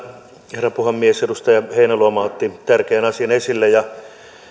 herra puhemies edustaja heinäluoma otti tärkeän asian esille